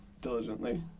diligently